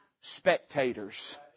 spectators